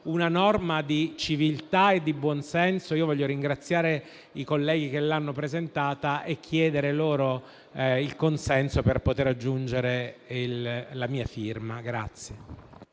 una norma di civiltà e di buonsenso e voglio ringraziare i colleghi che l'hanno presentata e chiedere loro il consenso per poter aggiungere la mia firma.